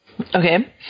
Okay